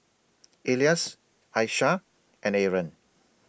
Elyas Aishah and Aaron